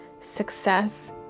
success